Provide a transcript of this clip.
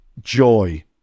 joy